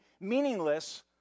meaningless